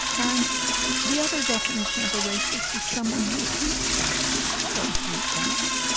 and the other definition of a racist is someone who hates blacks. he said i don't hate blacks.